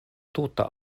tuta